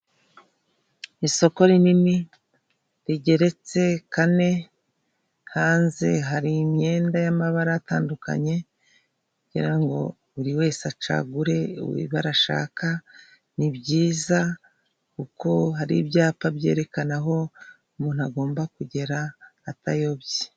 Isoko rinini rigeretse kane hanze hari imyenda y'amabara atandukanye bagira ngo buri wese acagure ibara ashaka. Ni byiza kuko hari ibyapa byerekene aho umuntu agomba kugere atayobye